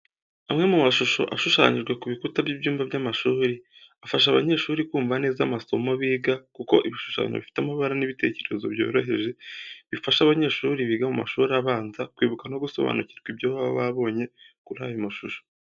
Amwe mu mashusho ashushanyijwe ku bikuta by'ibyumba by'amashuri, afasha abanyeshuri kumva neza amasomo biga kuko ibishushanyo bifite amabara n'ibitekerezo byoroheje, bifasha abanyeshuri biga mu mashuri abanza kwibuka no gusobanukirwa ibyo baba babonye kuri ayo mashusho.